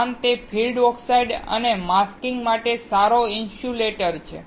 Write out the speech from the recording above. આમ તે field oxide અને માસ્કિંગ માટે સારો ઇન્સ્યુલેટર છે